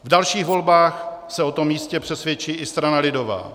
V dalších volbách se o tom jistě přesvědčí i strana lidová.